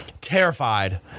terrified